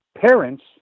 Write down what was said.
parents